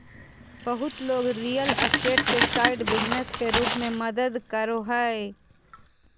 बहुत लोग real estate के साइड बिजनेस के रूप में करो हइ